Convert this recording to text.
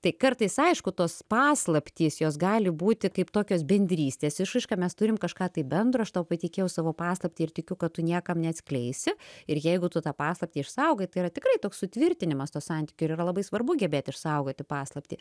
tai kartais aišku tos paslaptys jos gali būti kaip tokios bendrystės išraiška mes turim kažką tai bendro aš tau patikėjau savo paslaptį ir tikiu kad tu niekam neatskleisi ir jeigu tu tą paslaptį išsaugai tai yra tikrai toks sutvirtinimas to santykio ir yra labai svarbu gebėt išsaugoti paslaptį